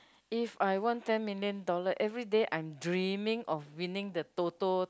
if I won ten million dollar every day I'm dreaming of winning the Toto